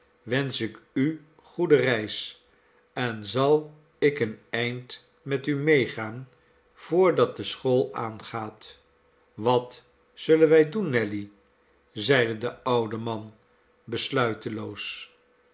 wensch ik u goede reis en zal ik een eind met u meegaan voordat de school aangaat wat zullen wij doen nelly zeide de oude man